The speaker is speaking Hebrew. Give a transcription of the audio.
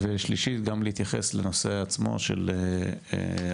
ג' להתייחס לנושא עצמו שהוא האירועים